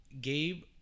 Gabe